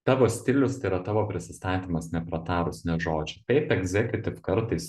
tavo stilius tai yra tavo prisistatymas nepratarus nė žodžio taip egzekjutiv kartais